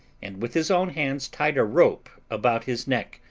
and with his own hands tied a rope about his neck,